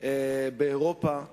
מאירופה כאן,